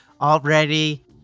already